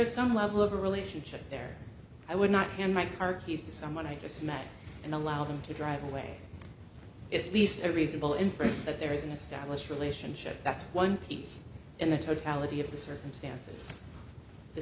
is some level of a relationship there i would not and my car keys to someone i just met and allow them to drive away at least a reasonable inference that there is an established relationship that's one piece in the totality of the circumstances the